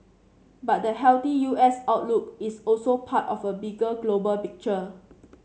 but the healthy U S outlook is also part of a bigger global picture